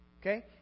Okay